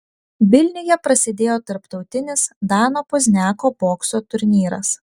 vilniuje prasidėjo tarptautinis dano pozniako bokso turnyras